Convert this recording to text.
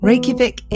Reykjavik